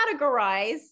categorize